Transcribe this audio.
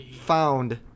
found